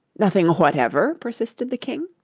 nothing whatever persisted the king.